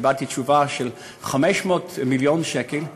וקיבלתי תשובה ש-500 מיליון שקל למעשה.